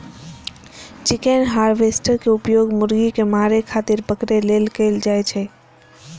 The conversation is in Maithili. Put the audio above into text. चिकन हार्वेस्टर के उपयोग मुर्गी कें मारै खातिर पकड़ै लेल कैल जाइ छै